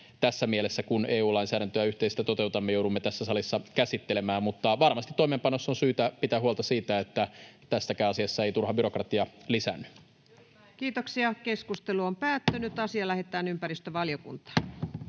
tässä mielessä, kun EU-lainsäädäntöä yhteisesti toteutamme, joudumme tässä salissa käsittelemään. Mutta varmasti toimeenpanossa on syytä pitää huolta siitä, että tässäkään asiassa ei turha byrokratia lisäänny. Lähetekeskustelua varten esitellään päiväjärjestyksen